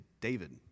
David